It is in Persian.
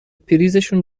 پریزشون